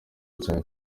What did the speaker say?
cyanjye